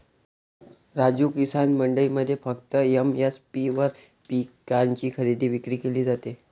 राजू, किसान मंडईमध्ये फक्त एम.एस.पी वर पिकांची खरेदी विक्री केली जाते